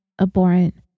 abhorrent